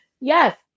Yes